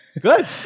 Good